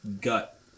gut